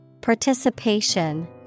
Participation